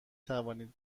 توانید